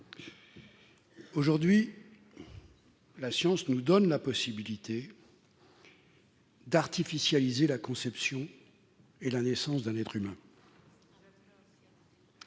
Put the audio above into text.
Aujourd'hui, la science nous donne la possibilité d'artificialiser la conception et la naissance d'un être humain.